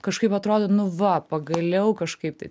kažkaip atrodo nu va pagaliau kažkaip tai